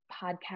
podcast